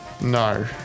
No